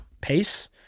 pace